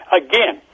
again